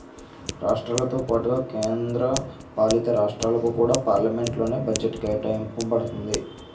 రాష్ట్రాలతో పాటుగా కేంద్ర పాలితరాష్ట్రాలకు కూడా పార్లమెంట్ లోనే బడ్జెట్ కేటాయింప బడుతుంది